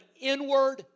inward